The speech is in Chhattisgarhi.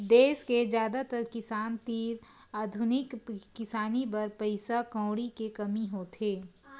देस के जादातर किसान तीर आधुनिक किसानी बर पइसा कउड़ी के कमी होथे